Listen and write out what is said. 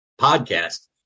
podcast